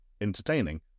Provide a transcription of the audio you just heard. entertaining